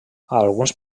alguns